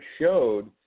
showed